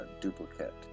duplicate